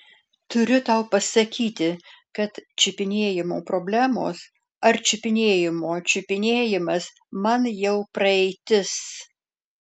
turiu tau pasakyti kad čiupinėjimo problemos ar čiupinėjimo čiupinėjimas man jau praeitis